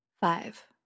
Five